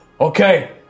Okay